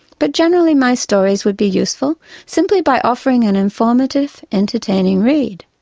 but generally my stories would be useful simply by offering an informative, entertaining read.